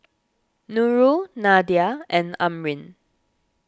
Nurul Nadia and Amrin